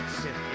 sit